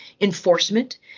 enforcement